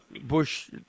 Bush